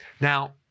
Now